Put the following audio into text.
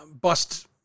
bust